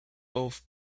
both